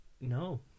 No